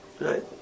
right